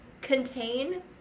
contain